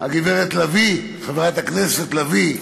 הגברת לביא, חברת הכנסת לביא,